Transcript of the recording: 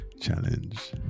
challenge